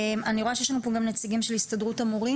אני רואה שיש לנו פה גם נציגים של הסתדרות המורים.